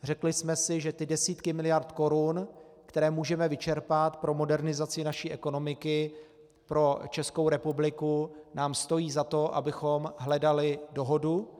Řekli jsme si, že ty desítky miliard korun, které můžeme vyčerpat pro modernizaci naší ekonomiky, pro Českou republikou, nám stojí za to, abychom hledali dohodu.